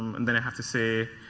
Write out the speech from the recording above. um and then i have to say,